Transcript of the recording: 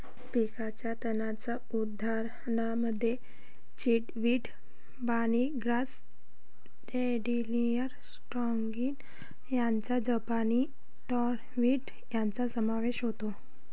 पिकाच्या तणांच्या उदाहरणांमध्ये chickweed, barnyard grass, dandelion, striga आणि जपानी नॉटवीड यांचा समावेश होतो